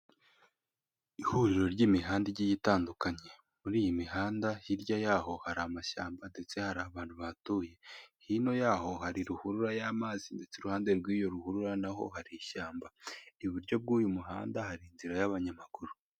Ihuriro ry'imihanda igi itandukanye, muri iyi mihanda hirya ya'aho hari amashyamba ndetse hari abantu bahatuye. Hino yaho hari ruhurura y'amazi ndetse iruhande rw'iyo ruhurura naho hari ishyamba, iburyo bw'uyu muhanda hari inzira y'abanyamaguru.